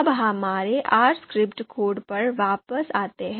अब हमारे R script code पर वापस आते हैं